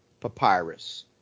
papyrus